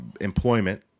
employment